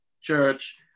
church